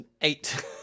eight